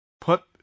Put